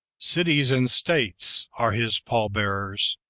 cities and states are his pall-bearers,